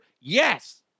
yes